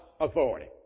authority